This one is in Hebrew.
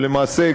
ולמעשה,